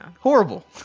Horrible